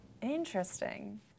Interesting